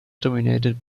dominated